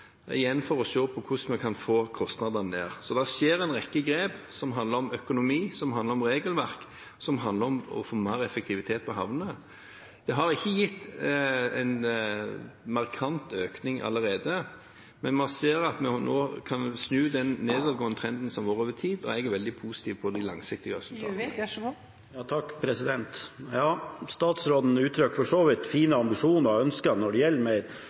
igjen for å se på hvordan vi kan få kostnadene ned. Så det tas en rekke grep som handler om økonomi, som handler om regelverk, og som handler om å få mer effektivitet på havnene. Det har ikke gitt en markant økning allerede, men vi ser at man nå kan snu den nedadgående trenden som har vært over tid, og jeg er også veldig positiv på lang sikt. Statsråden uttrykker for så vidt fine ambisjoner og ønsker når det gjelder mer